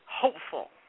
hopeful